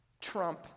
trump